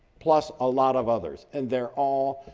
plus a lot of others, and they're all